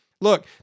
Look